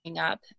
up